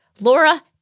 Laura